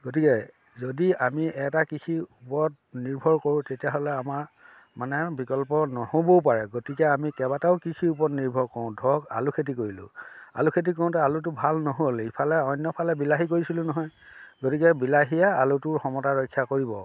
গতিকে যদি আমি এটা কৃষিৰ ওপৰত নিৰ্ভৰ কৰোঁ তেতিয়াহ'লে আমাৰ মানে বিকল্প নহ'বও পাৰে গতিকে আমি কেইবাটাও কৃষিৰ ওপৰত নিৰ্ভৰ কৰোঁ ধৰক আলু খেতি কৰিলোঁ আলু খেতি কৰোঁতে আলুটো ভাল নহ'ল ইফালে অন্যফালে বিলাহী কৰিছিলোঁ নহয় গতিকে বিলাহীয়ে আলুটোৰ সমতা ৰক্ষা কৰিব